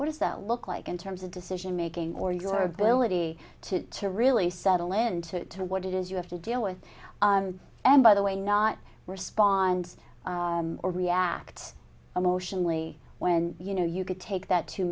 what does that look like in terms of decision making or your ability to to really settle land to what it is you have to deal with and by the way not respond or react emotionally when you know you could take that two